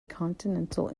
continental